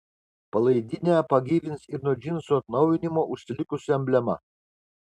palaidinę pagyvins ir nuo džinsų atnaujinimo užsilikusi emblema